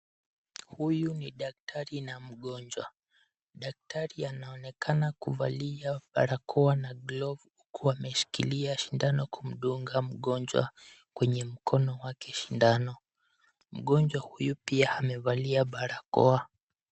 Huyu ni daktari na mgonjwa. Daktari anaonekana kuvalia barakoa na glovu huku ameshikilia sindano kumdunga mgonjwa kwenye mkono wake sindano. Mgonjwa huyu pia amevalia barakoa.